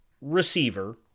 receiver